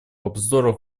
обзора